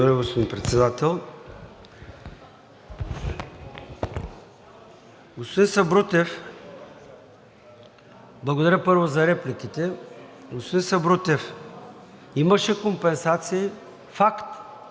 благодаря, първо, за репликите.